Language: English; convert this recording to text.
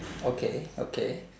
okay okay